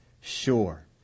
sure